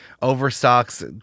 Overstock's